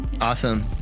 Awesome